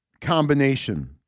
combination